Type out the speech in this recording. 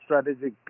strategic